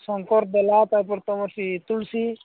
ଶଙ୍କର ଦେଲା ତା'ପରେ ତୁମର ସେ ତୁଳସୀ